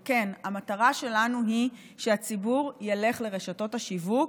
וכן, המטרה שלנו היא שהציבור ילך לרשתות השיווק,